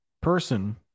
person